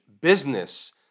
business